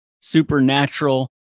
Supernatural